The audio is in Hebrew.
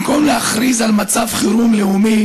במקום להכריז על מצב חירום לאומי